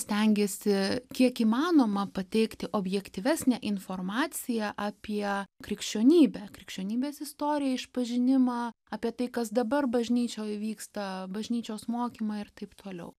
stengėsi kiek įmanoma pateikti objektyvesnę informaciją apie krikščionybę krikščionybės istoriją išpažinimą apie tai kas dabar bažnyčioj vyksta bažnyčios mokymai ir taip toliau